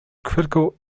critical